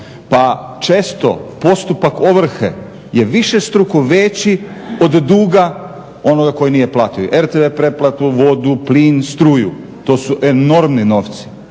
pa često postupak ovrhe je višestruko veći od duga onoga koji nije platio RTV pretplatu, vodu, plin, struju. To su enormni novci.